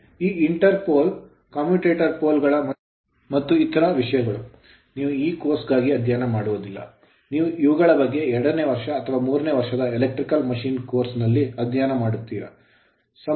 ಈ interpole commutator ಕಮ್ಯೂಟರಿಂಗ್ pole pole ಗಳು ಮತ್ತು ಇತರ ವಿಷಯಗಳು ನೀವು ಈ ಕೋರ್ಸ್ ಗಾಗಿ ಅಧ್ಯಯನ ಮಾಡುವುದಿಲ್ಲ ನೀವು ಇವುಗಳ ಬಗ್ಗೆ ಎರಡನೇ ವರ್ಷ ಅಥವಾ ಮೂರನೇ ವರ್ಷದ ಎಲೆಕ್ಟ್ರಿಕಲ್ ಮಷಿನ್ ಕೋರ್ಸ್ ನಲ್ಲಿ ಅಧ್ಯಯನ ಮಾಡುತ್ತೀರಿ